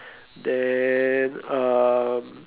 then um